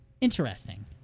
Interesting